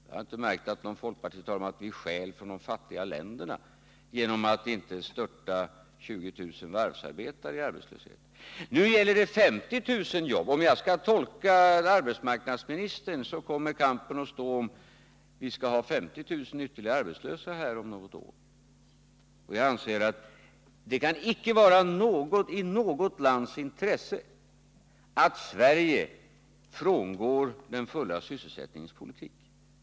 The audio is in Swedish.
Jag har inte märkt att någon folkpartist talar om att vi stjäl från de fattiga länderna genom att inte störta 20 000 varvsarbetare i arbetslöshet. Nu gäller det 50 000 jobb. Jag tolkar arbetsmarknadsministerns uttalanden så, att kampen kommer att stå om huruvida vi skall ha 50 000 ytterligare arbetslösa här om något år. Jag anser att det kan icke vara i något lands intresse att Sverige frångår den fulla sysselsättningens politik.